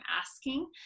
asking